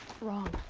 wrong.